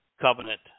covenant